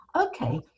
Okay